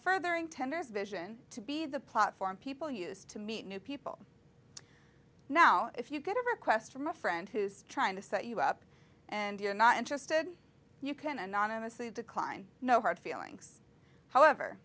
furthering tenders vision to be the platform people use to meet new people now if you could ever quest from a friend who's trying to set you up and you're not interested you can anonymously decline no hard feelings however